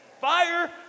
fire